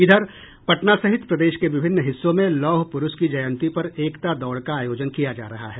इधर पटना सहित प्रदेश के विभिन्न हिस्सों में लौह पुरूष की जयंती पर एकता दौड़ का आयोजन किया जा रहा है